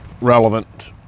relevant